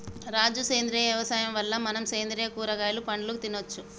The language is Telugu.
రాజు సేంద్రియ యవసాయం వల్ల మనం సేంద్రియ కూరగాయలు పండ్లు తినచ్చు